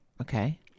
okay